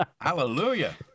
Hallelujah